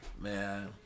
Man